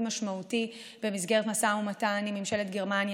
משמעותי במסגרת משא ומתן עם ממשלת גרמניה,